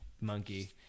monkey